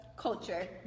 culture